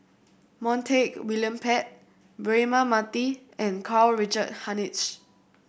Montague William Pett Braema Mathi and Karl Richard Hanitsch